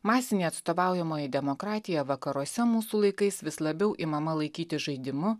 masinė atstovaujamoji demokratija vakaruose mūsų laikais vis labiau imama laikyti žaidimu